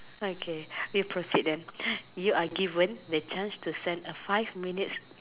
okay we proceed then you are given the chance to send a five minutes